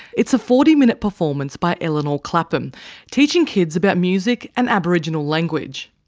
it's a forty minute performance by eleanor clapham teaching kids about music and aboriginal language.